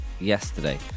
yesterday